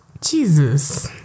Jesus